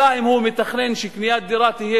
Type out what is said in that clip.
אלא אם הוא מתכנן שקניית דירה תהיה